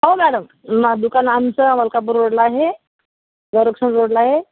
हो मॅडम दुकान आमचं मलकापूर रोडला आहे गोरक्षण रोडला आहे